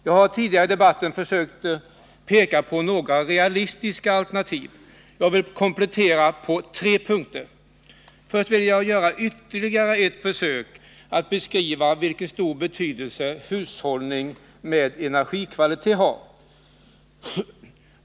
Jag har tidigare i debatten försökt peka på några realistiska alternativ, och jag vill komplettera på tre punkter. Först vill jag göra ytterligare ett försök att beskriva vilken stor betydelse hushållning med energikvalitet har.